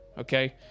Okay